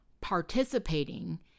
participating